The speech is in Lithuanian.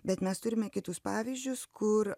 bet mes turime kitus pavyzdžius kur